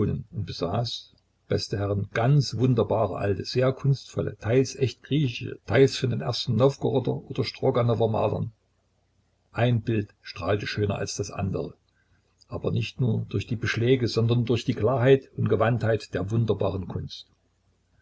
besaß beste herren ganz wunderbare alte sehr kunstvolle teils echte griechische teils von den ersten nowgoroder oder stroganower malern ein bild strahlte schöner als das andere aber nicht nur durch die beschläge sondern durch die klarheit und gewandtheit der wunderbaren kunst